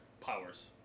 powers